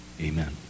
Amen